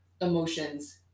emotions